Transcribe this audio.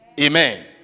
Amen